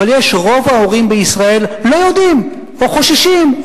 אבל רוב ההורים בישראל לא יודעים או חוששים,